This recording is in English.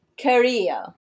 career